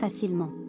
facilement